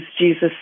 Jesus